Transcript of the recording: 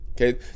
Okay